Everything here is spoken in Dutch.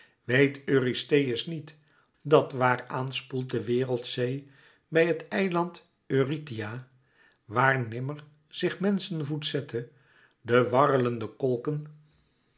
weet eurystheus niet dat waar aan spoelt de wereldzee bij het eiland eurythia waar nimmer zich menschenvoet zette de warrelende kolken